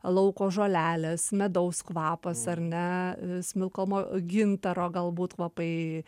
lauko žolelės medaus kvapas ar ne smilkomo gintaro galbūt kvapai